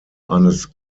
eines